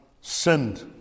sinned